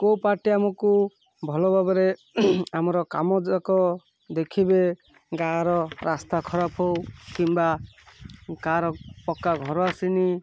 କେଉଁ ପାର୍ଟି ଆମକୁ ଭଲ ଭାବରେ ଆମର କାମଯାକ ଦେଖିବେ ଗାଁର ରାସ୍ତା ଖରାପ ହଉ କିମ୍ବା କାହାର ପକ୍କା ଘର ଆସିନି